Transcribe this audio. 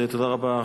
תודה רבה,